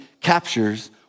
captures